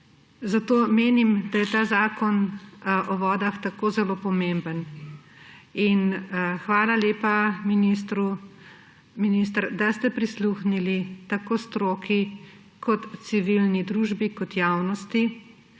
Zato menim, da je ta zakon o vodah tako zelo pomemben. Hvala lepa minister, da ste prisluhnili tako stroki kot civilni družbi in javnosti